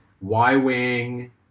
Y-Wing